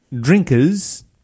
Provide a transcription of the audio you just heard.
drinkers